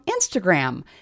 Instagram